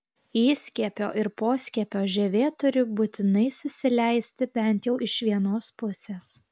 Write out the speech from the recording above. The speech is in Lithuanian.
įskiepio ir poskiepio žievė turi būtinai susileisti bent jau iš vienos pusės